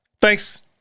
Thanks